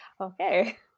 Okay